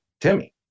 Timmy